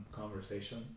conversation